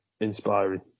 inspiring